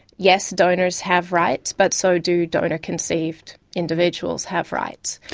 yes, donors have rights but so do donor-conceived individuals have rights.